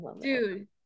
dude